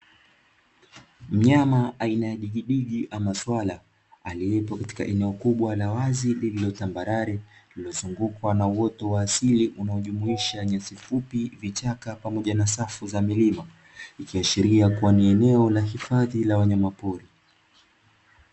Mnyama aina ya digidigi ama swala, aliyepo katika eneo kubwa la wazi lililo tambarare, lililozungukwa na uoto wa asili unaojumuisha nyasi fupi, vichaka pamoja na safu za milima, ikiashiria kuwa ni eneo la hifadhi la wanyamapori.